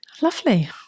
Lovely